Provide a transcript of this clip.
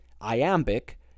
iambic